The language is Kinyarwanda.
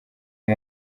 uyu